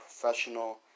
professional